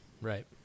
Right